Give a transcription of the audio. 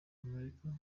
amerika